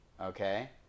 Okay